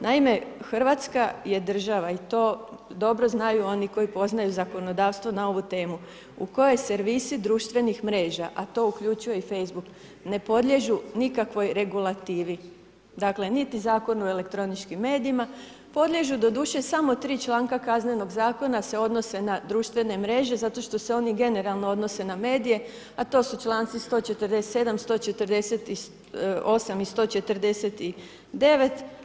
Naime, Hrvatska je država i to dobro znaju oni koji poznaju zakonodavstvo na ovu temu u kojoj servisi društvenih mreža, a to uključuje i Facebook ne podliježu nikakovoj regulativi, dakle niti Zakonu o elektroničkim medijima, podliježu doduše samo tri članka Kaznenog zakona se odnose na društvene mreže zato što se oni generalno odnose na medije, a to su članci 147., 148. i 149.